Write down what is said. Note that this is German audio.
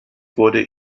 wurde